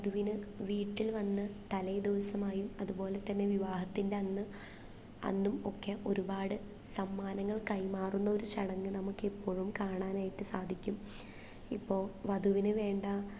വധുവിന് വീട്ടിൽ വന്ന് തലേദിവസമായും അതുപോലെത്തന്നെ വിവാഹത്തിന്റെയന്ന് അന്നും ഒക്കെ ഒരുപാട് സമ്മാനങ്ങൾ കൈമാറുന്ന ഒരു ചടങ്ങ് നമുക്കിപ്പോഴും കാണാനായിട്ട് സാധിക്കും ഇപ്പോൾ വധുവിന് വേണ്ട